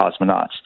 cosmonauts